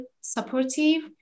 supportive